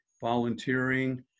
volunteering